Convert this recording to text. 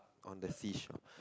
on the seashore